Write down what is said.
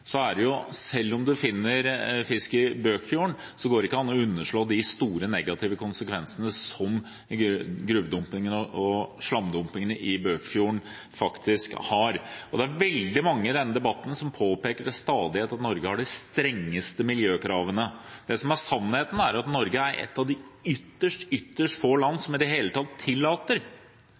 så er det jo slik at selv om man finner fisk i Bøkfjorden, så går det ikke an å underslå de store negative konsekvensene som gruvedumpingene og slamdumpingene i Bøkfjorden faktisk har. Det er veldig mange i denne debatten som påpeker til stadighet at Norge har de strengeste miljøkravene. Det som er sannheten, er at Norge er et av de ytterst, ytterst få land